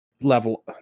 Level